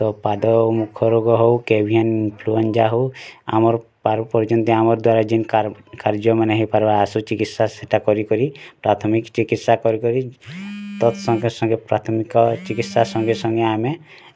ପାଦ ମୁଖ ରୋଗ ହେଉ କି ଏଭିଆନ୍ ଇନଫ୍ଲୁଏନଜ଼ା ହେଉ ଆମର୍ ପାରୁପର୍ଯ୍ୟନ୍ତ ଆମଦ୍ୱାରା ଯେନ୍ କାର୍ଯ୍ୟମାନେ ହୋଇପାର୍ବା ଚିକିତ୍ସା ସେଟା କରିକରି ପ୍ରାଥମିକ ଚିକିତ୍ସା କରିକରି ତା'ର୍ ସଙ୍ଗେ ସଙ୍ଗେ ପ୍ରାଥମିକ ଚିକିତ୍ସା ସଙ୍ଗେ ସଙ୍ଗେ ଆମେ